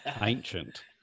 ancient